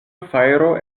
fajro